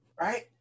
right